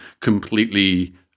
completely